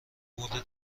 برد